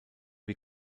wie